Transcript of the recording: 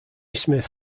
smith